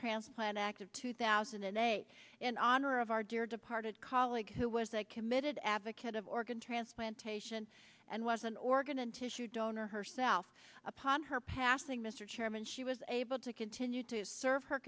transplant act of two thousand and eight in honor of our dear departed colleague who was that committed advocate of organ transplantation and was an organ and tissue donor herself upon her passing mr chairman she was able to continue to serve her